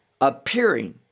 appearing